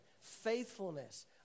faithfulness